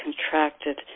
contracted